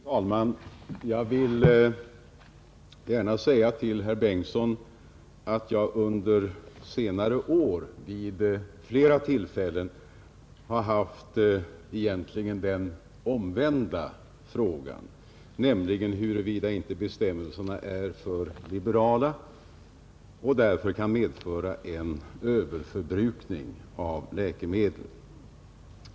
Fru talman! Jag vill gärna säga till herr Karl Bengtsson i Varberg att jag under senare år vid flera tillfällen har fått den omvända frågan, nämligen huruvida inte bestämmelserna är för liberala och därför kan medföra en överförbrukning av läkemedel.